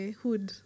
hood